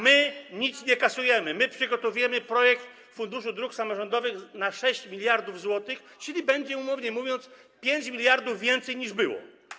My nic nie kasujemy, my przygotowujemy projekt Funduszu Dróg Samorządowych na 6 mld zł, czyli będzie, umownie mówiąc, 5 mld więcej, niż było.